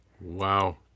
Wow